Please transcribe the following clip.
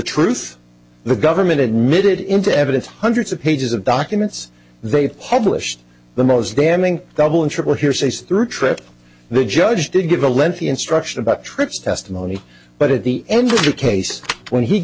truth the government admitted into evidence hundreds of pages of documents they published the most damning double and triple hearsay through trip the judge to give a lengthy instruction about trips testimony but at the end of the case when he